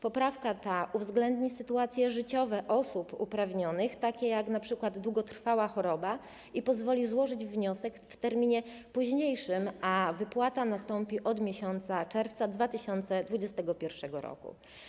Poprawka ta uwzględni sytuacje życiowe osób uprawnionych, takie jak np. długotrwała choroba, i pozwoli złożyć wniosek w terminie późniejszym, a wypłata nastąpi od czerwca 2021 r.